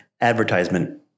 advertisement